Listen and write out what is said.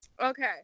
Okay